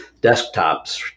desktops